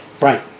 Right